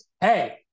Hey